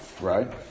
right